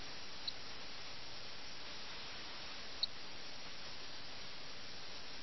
അവർ ഈ ഗെയിമിൽ പൂർണ്ണമായും ശ്രദ്ധ കേന്ദ്രീകരിക്കുകയും ചിലപ്പോൾ ഭക്ഷണം കഴിക്കാൻ പോലും മറക്കുകയും ചെയ്യുന്നു